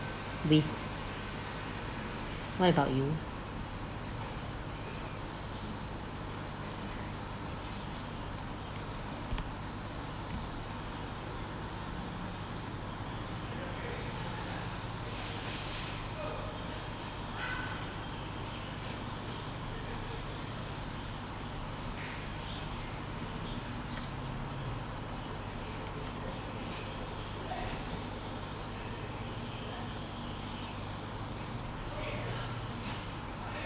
with what about you